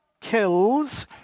kills